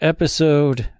Episode